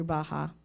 Baja